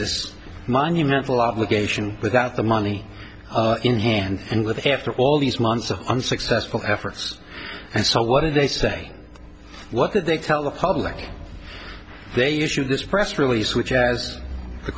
this monumental obligation without the money in hand and with after all these months of unsuccessful efforts and so what did they say what did they tell the public they issued this press release which as